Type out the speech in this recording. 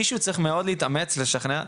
מישהו צריך מאוד להתאמץ לשכנע,